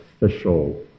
official